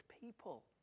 people